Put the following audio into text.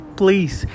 please